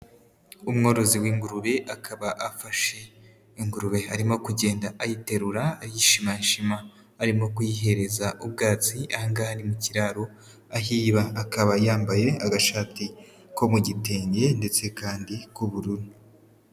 Umworozi w'ingurube akaba afashe ingurube arimo kugenda ayiterura ayishimanshima arimo kuyihereza ubwatsi aha ngaha ni mu kiraro aho iba akaba yambaye agashati ko mu gitenge, ndetse kandi k'ubururu.